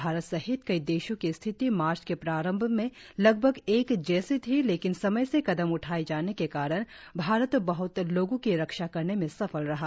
भारत सहित कई देशों की स्थिति मार्च के प्रारम्भ में लगभग एक जैसी थी लेकिन समय से कदम उठाये जाने के कारण भारत बहत लोगों की रक्षा करने में सफल रहा